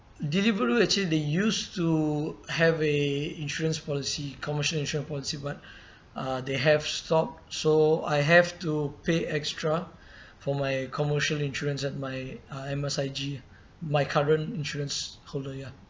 Deliveroo actually they used to have a insurance policy commercial insurance policy but uh they have stopped so I have to pay extra for my commercial insurance at my uh M_S_I_G my current insurance holder ya